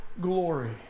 glory